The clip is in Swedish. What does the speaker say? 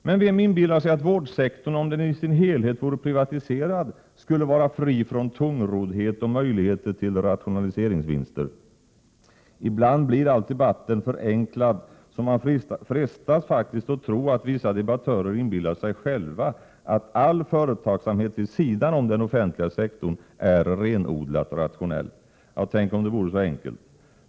Men vem inbillar sig att vårdsektorn, om den i sin helhet vore privatiserad, skulle vara fri från tungroddhet och möjlighet till rationaliseringsvinster. Ibland blir debatten förenklad, så man frestas att tro att vissa debattörer inbillar sig själva att all företagsamhet vid sidan om den offentliga sektorn är renodlat rationell. Ja, tänk om det vore så enkelt!